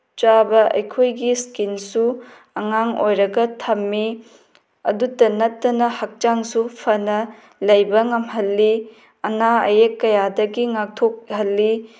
ꯆꯥꯕ ꯑꯩꯈꯣꯏꯒꯤ ꯁ꯭ꯀꯤꯟꯁꯨ ꯑꯉꯥꯡ ꯑꯣꯏꯔꯒ ꯊꯝꯃꯤ ꯑꯗꯨꯗ ꯅꯠꯇꯅ ꯍꯛꯆꯥꯡꯁꯨ ꯐꯅ ꯂꯩꯕ ꯉꯝꯍꯜꯂꯤ ꯑꯅꯥ ꯑꯌꯦꯛ ꯀꯌꯥꯗꯒꯤ ꯉꯥꯛꯊꯣꯛꯍꯜꯂꯤ